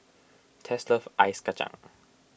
Tess loves Ice Kacang